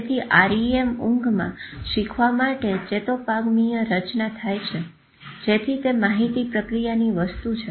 તેથી REM ઊંઘમાં શીખવા માટે ચેતોપાગમીય રચના થાય છે જેથી તે માહિતી પ્રક્રિયાની વસ્તુ છે